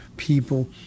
People